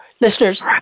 listeners